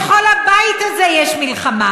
לכל הבית הזה יש מלחמה.